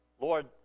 Lord